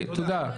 תודה.